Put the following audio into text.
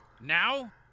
Now